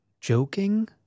joking